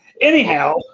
Anyhow